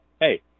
hey